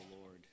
Lord